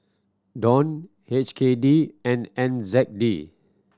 Dong H K D and N Z D